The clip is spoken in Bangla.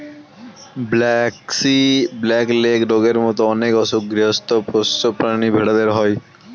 ব্র্যাক্সি, ব্ল্যাক লেগ রোগের মত অনেক অসুখ গৃহস্ত পোষ্য প্রাণী ভেড়াদের হয়